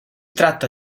tratta